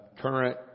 current